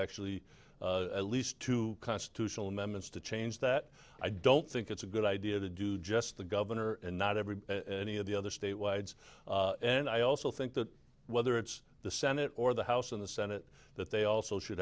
actually at least two constitutional amendments to change that i don't think it's a good idea to do just the governor and not every any of the other state wides and i also think that whether it's the senate or the house in the senate that they also should